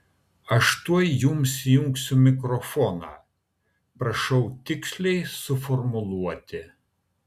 aš tuoj jums įjungsiu mikrofoną prašau tiksliai suformuluoti